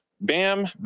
Bam